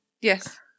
yes